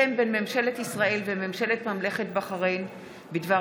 הסכם בין ממשלת ישראל לממשלת ממלכת בחריין בדבר